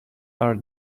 are